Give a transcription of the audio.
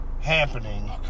happening